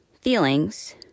feelings